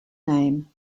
name